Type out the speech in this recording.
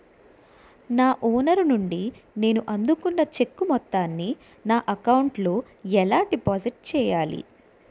నా ఓనర్ నుండి నేను అందుకున్న చెక్కు మొత్తాన్ని నా అకౌంట్ లోఎలా డిపాజిట్ చేయాలి?